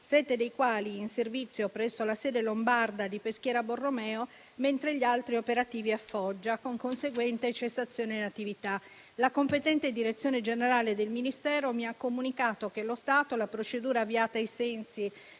sette dei quali in servizio presso la sede lombarda di Peschiera Borromeo e gli altri operativi a Foggia, con conseguente cessazione dell'attività. La competente Direzione generale del Ministero mi ha comunicato che allo stato la procedura avviata ai sensi